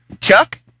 Chuck